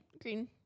green